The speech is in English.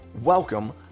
welcome